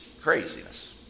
craziness